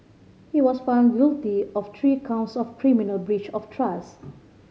he was found guilty of three counts of criminal breach of trust